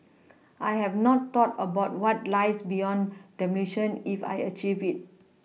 I have not thought about what lies beyond demolition if I achieve it